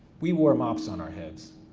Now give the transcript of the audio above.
we wore mops on our heads.